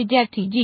વિદ્યાર્થી g